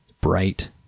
bright